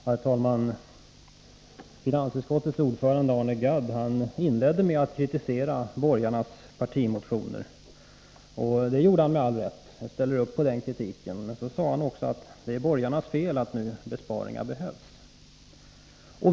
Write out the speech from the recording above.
Herr talman! Finansutskottets ordförande, Arne Gadd, inledde med att kritisera borgarnas partimotioner. Det gjorde han med all rätt, och jag ställer upp på den kritiken. Men så sade han att det är borgarnas fel att besparingar nu behövs.